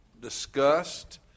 discussed